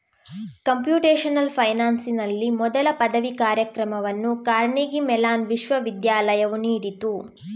computational ಫೈನಾನ್ಸಿನಲ್ಲಿ ಮೊದಲ ಪದವಿ ಕಾರ್ಯಕ್ರಮವನ್ನು ಕಾರ್ನೆಗೀ ಮೆಲಾನ್ ವಿಶ್ವವಿದ್ಯಾಲಯವು ನೀಡಿತು